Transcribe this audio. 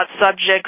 subjects